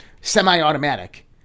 semi-automatic